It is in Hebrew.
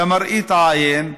למראית עין,